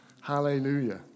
Hallelujah